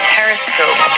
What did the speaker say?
Periscope